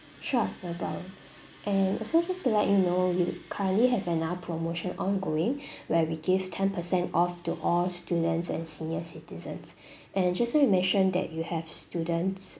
sure no problem and also just to let you know we currently have another promotion ongoing where we give ten percent off to all students and senior citizens and just now you mentioned that you have students